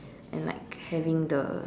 and like having the